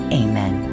amen